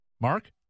Mark